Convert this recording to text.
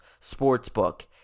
Sportsbook